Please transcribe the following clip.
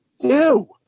Ew